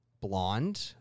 Blonde